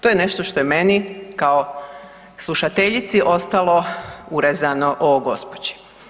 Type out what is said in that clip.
To je nešto što je meni kao slušateljici ostalo urezano o gospođi.